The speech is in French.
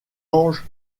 anges